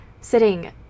sitting